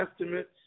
estimates